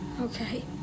Okay